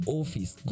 office